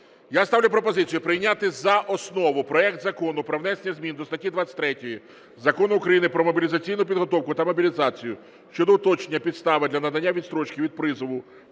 Я ставлю пропозицію прийняти за основу проект Закону про внесення змін до статті 23 Закону України "Про мобілізаційну підготовку та мобілізацію" щодо уточнення підстави для надання відстрочки від призову